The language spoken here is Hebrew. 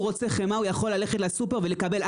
רוצה חמאה הוא יכול ללכת לסופר ולקבל.